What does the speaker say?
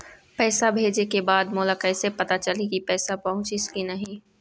पैसा भेजे के बाद मोला कैसे पता चलही की पैसा पहुंचिस कि नहीं?